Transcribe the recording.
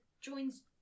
joins